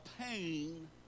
pain